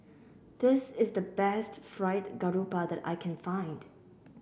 this is the best Fried Garoupa that I can find